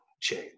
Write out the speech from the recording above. Chain